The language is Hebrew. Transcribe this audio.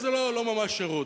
אבל זה לא ממש שירות.